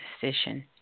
decision